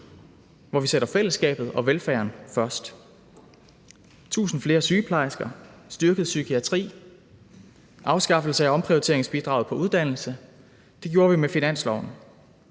hvor vi sætter fællesskabet og velfærden først. Med finansloven indførte vi tusind flere sygeplejersker, styrket psykiatri, afskaffelse af omprioriteringsbidraget på uddannelse, og vi lavede siden hen